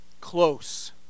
close